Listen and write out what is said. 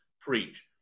preach